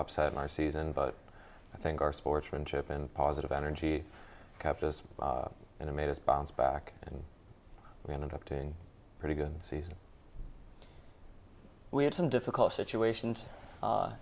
our season but i think our sportsmanship and positive energy kept us and it made us bounce back and we ended up doing pretty good season we had some difficult situations